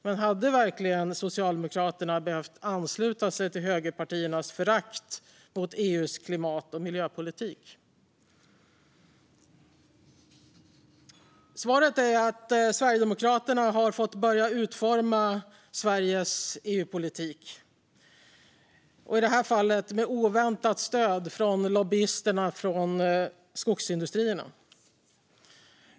Men hade verkligen Socialdemokraterna behövt ansluta sig till högerpartiernas förakt för EU:s klimat och miljöpolitik? Svaret är att Sverigedemokraterna har fått börja utforma Sveriges EU-politik. I det här fallet har partiet fått oväntat stöd från lobbyisterna från skogsindustrierna.